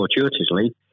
fortuitously